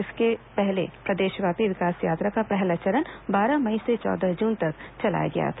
इसके पहले प्रदेशव्यापी विकास यात्रा का पहला चरण बारह मई से चौदह जून तक चलाया गया था